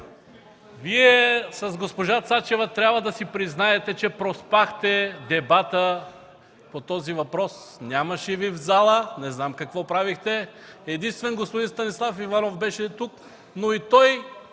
Вие с госпожа Цачева трябва да си признаете, че проспахте дебата по този въпрос – нямаше Ви в залата, не знам какво правихте! Единствен господин Станислав Ивановбеше тук, но и той